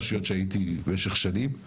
קודם כל אני מסכים עם מה שאבי אומר.